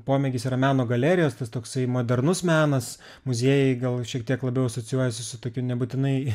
pomėgis yra meno galerijos tas toksai modernus menas muziejai gal šiek tiek labiau asocijuojasi su tokiu nebūtinai